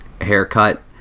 haircut